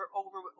over